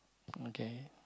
okay